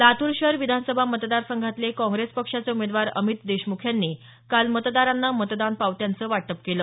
लातूर शहर विधानसभा मतदारसंघाचे काँग्रेस पक्षाचे उमेदवार अमित देशमुख यांनी काल मतदारांची भेट घेऊन मतदारांना मतदान पावत्यांचं वाटप केलं